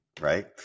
right